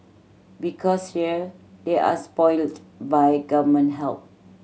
because here they are spoilt by Government help